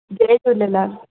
Jay Jhulelal